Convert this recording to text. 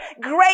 great